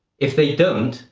if they don't,